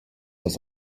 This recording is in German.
das